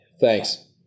Thanks